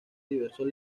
diversos